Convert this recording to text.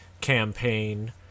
campaign